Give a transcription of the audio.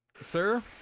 Sir